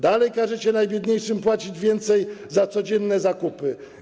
Dalej każecie najbiedniejszym płacić więcej za codzienne zakupy.